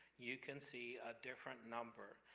you can see a different number.